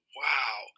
wow